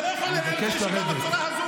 אני מבקש לרדת.